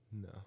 No